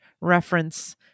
reference